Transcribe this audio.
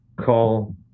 call